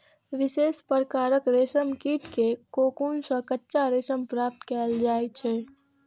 विशेष प्रकारक रेशम कीट के कोकुन सं कच्चा रेशम प्राप्त कैल जाइ छै